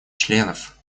членов